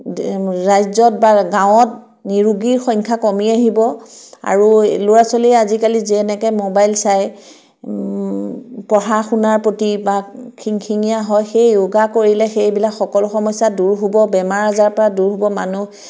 ৰাজ্যত বা গাঁৱত নিৰোগীৰ সংখ্যা কমি আহিব আৰু ল'ৰা ছোৱালী আজিকালি যেনেকৈ মোবাইল চাই পঢ়া শুনাৰ প্ৰতি বা খিংখিঙীয়া হয় য়োগা কৰিলে সেইবিলাক সকলো সমস্যা দূৰ হ'ব বেমাৰ আজাৰৰ পৰা দূৰ হ'ব মানুহ